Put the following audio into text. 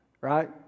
Right